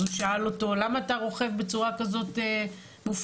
אז הוא שאל אותו למה אתה רוכב בצורה כזאת מופרעת,